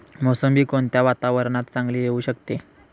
मोसंबी कोणत्या वातावरणात चांगली येऊ शकते?